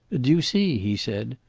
do you see? he said.